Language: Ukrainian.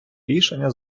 рішення